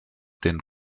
den